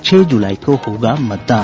छह जुलाई को होगा मतदान